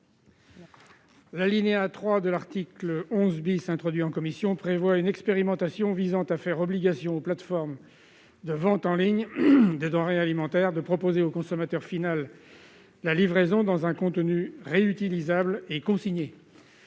L'alinéa 3 de l'article 11 , qui a été introduit en commission, prévoit une expérimentation visant à faire obligation aux plateformes de vente en ligne de denrées alimentaires de proposer au consommateur final la livraison dans un contenant réutilisable et consigné.